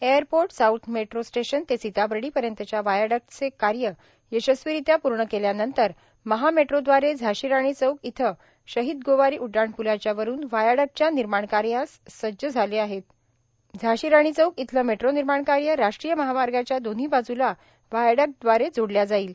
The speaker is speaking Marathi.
एयरपोर्ट साउथ मेट्रो स्टेशन ते सिताबर्डी पर्यंतच्या वायाडक्टचे कार्य यशस्वीरीत्या पूर्ण केल्या नंतर महा मेट्रो द्वारे झाशी राणी चौक येथे शहीद गोवारी उड्डाणपूलाच्या वरून वायाडक्टच्या निर्माण कार्यास सज्ज झाले आहेत झाशी राणी चौक येथील मेट्रो निर्माण कार्य राष्ट्रीय महामार्गाच्या दोन्ही बाजूना व्हायडक्ट द्वारे जोडल्या जाईल